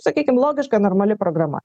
sakykim logiška normali programa